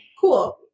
Cool